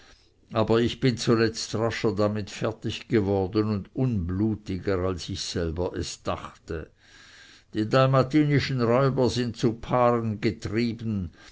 aber ich bin zuletzt rascher damit fertig geworden und unblutiger als ich selber es dachte die dalmatischen räuber sind zu paaren getrieben